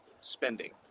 spending